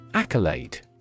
Accolade